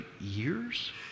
years